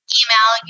email